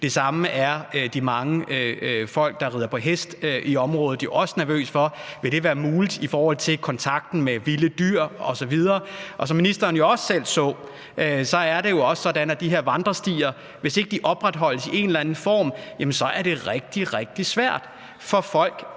tilfældet for de mange folk, der rider på hest i området. De er også nervøse for, om det vil være muligt på grund af kontakten til vilde dyr osv. Og som ministeren jo også selv så, er det også sådan, at hvis ikke de her vandrestier opretholdes i en eller anden form, er det rigtig, rigtig svært for folk,